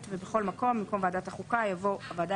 במקום "לוועדת הפנים והגנת הסביבה" סיוע) (תיקונייבוא "לוועדה